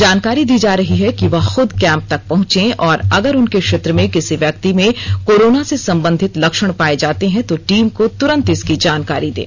जानकारी दी जा रही है कि वह खूद कैंप तक पहंचे और अगर उनके क्षेत्र में किसी व्यक्ति में कोरोना से संबंधित लक्षण पाए जाते हैं तो टीम को तुरंत इसकी जानकारी दें